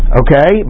okay